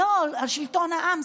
על שלטון העם,